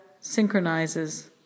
synchronizes